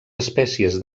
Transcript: espècies